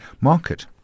market